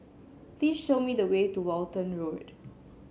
please show me the way to Walton Road